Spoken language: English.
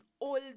old